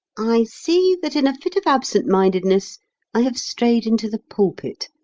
i see that in a fit of absentmindedness i have strayed into the pulpit.